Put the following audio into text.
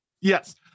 yes